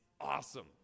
awesome